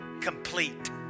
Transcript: Complete